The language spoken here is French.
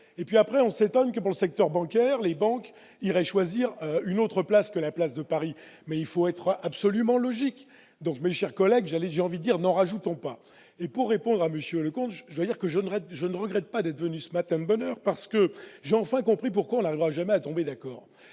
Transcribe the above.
et puis après on s'étonne que dans le secteur bancaire, les banques irais choisir une autre place que la place de Paris, mais il faut être absolument logique donc, mes chers collègues, j'allais, j'ai envie dire n'en rajoutons pas et pour répondre à monsieur Leconte je dois dire que John Reid je ne regrette pas d'être venu ce matin de bonheur parce que j'ai enfin compris pourquoi l'jamais tomber d'accord,